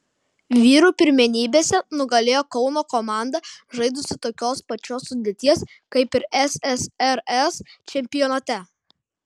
vyrų pirmenybėse nugalėjo kauno komanda žaidusi tokios pačios sudėties kaip ir ssrs čempionate